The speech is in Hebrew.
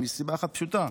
מסיבה אחת פשוטה,